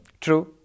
True